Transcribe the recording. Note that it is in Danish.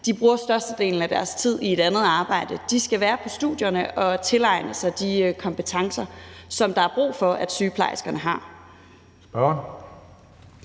bruger størstedelen af deres tid på at være på arbejde. De skal være på studierne og tilegne sig de kompetencer, som der er brug for at sygeplejerskerne har.